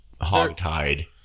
hogtied